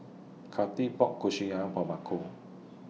Kathyrn bought Kushiyaki For Marco